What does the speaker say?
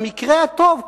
במקרה הטוב,